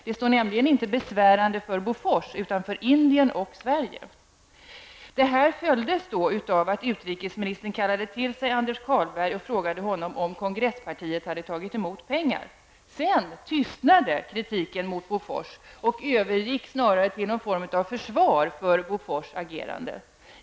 Det står nämligen inte besvärande för Bofors utan för Indien och Sverige. Det här följdes av att utrikesministern kallade till sig Anders Carlberg och frågade honom om kongresspartiet hade tagit emot pengar. Sedan tystnade kritiken mot Bofors och övergick snarare till någon form av försvar för Bofors agerande.